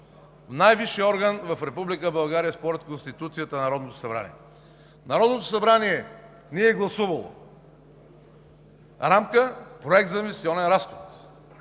най-висшият орган в Република България, според Конституцията на Народното събрание. Народното събрание ни е гласувало рамка, Проект за инвестиционен разход.